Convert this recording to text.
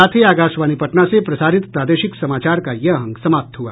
इसके साथ ही आकाशवाणी पटना से प्रसारित प्रादेशिक समाचार का ये अंक समाप्त हुआ